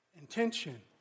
intention